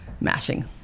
mashing